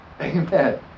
Amen